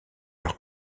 leurs